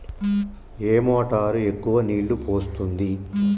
ఏ motor ఎక్కువ నీళ్లు పోస్తుంది?